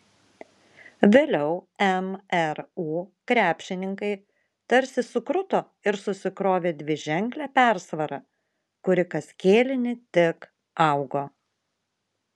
vėliau mru krepšininkai tarsi sukruto ir susikrovė dviženklę persvarą kuri kas kėlinį tik augo